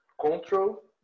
control